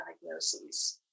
diagnoses